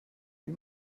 ihm